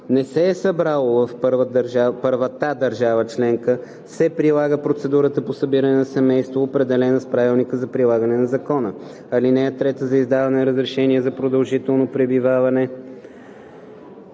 не се е събрало в първата държава членка, се прилага процедурата по събиране на семейство, определена с правилника за прилагане на закона. (3) За издаване на разрешение за продължително пребиваване